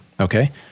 Okay